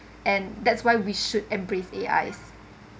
and that's why we should embrace A_I